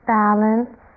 balance